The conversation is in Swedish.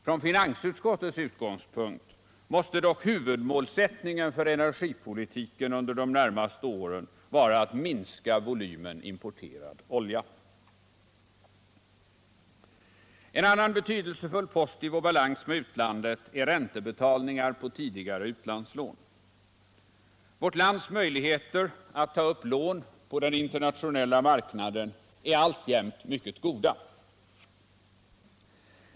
Från finansutskottets utgångspunkt måste dock huvudmålsättningen för energipolitiken under de närmaste åren vara att minska volymen importerad olja. En annan betydelsefull post i vår balans med utlandet är räntebetalningar på tidigare utlandslån. Vårt lands möjligheter att ta upp lån på den internationella marknaden är alltjämt mycket goda.